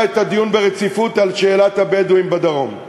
את הדיון ברציפות על שאלת הבדואים בדרום.